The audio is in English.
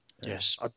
Yes